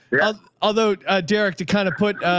yeah although derek to kind of put,